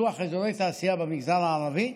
לפיתוח אזור תעשייה במגזר הערבי.